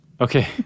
Okay